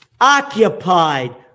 Occupied